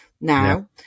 now